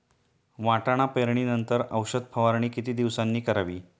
वाटाणा पेरणी नंतर औषध फवारणी किती दिवसांनी करावी?